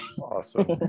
Awesome